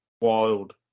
wild